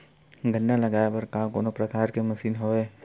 गन्ना लगाये बर का कोनो प्रकार के मशीन हवय?